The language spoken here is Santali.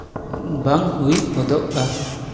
ᱵᱟᱝ ᱦᱩᱭ ᱦᱚᱫᱚᱜᱼᱟ